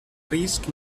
risc